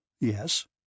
Yes